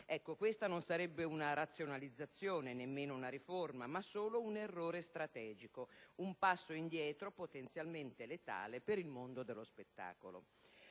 Questa non sarebbe una razionalizzazione e nemmeno una riforma, ma solo un errore strategico, un passo indietro potenzialmente letale per il mondo dello spettacolo.